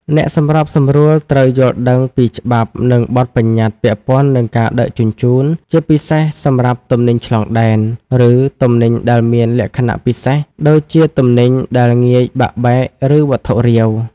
អ្នកសម្របសម្រួលត្រូវយល់ដឹងពីច្បាប់ និងបទប្បញ្ញត្តិពាក់ព័ន្ធនឹងការដឹកជញ្ជូន ជាពិសេសសម្រាប់ទំនិញឆ្លងដែន ឬទំនិញដែលមានលក្ខណៈពិសេស ដូចជាទំនិញដែលងាយបាក់បែក ឬវត្ថុរាវ។